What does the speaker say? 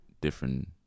different